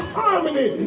harmony